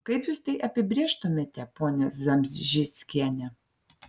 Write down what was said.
kaip jūs tai apibrėžtumėte ponia zamžickiene